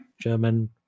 German